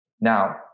Now